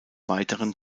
weiteren